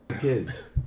kids